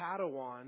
Padawan